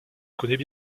connais